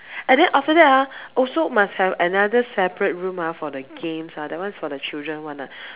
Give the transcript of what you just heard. and then after that ah also must have another separate room ah for the games ah that one for the children [one] ah